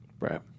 Right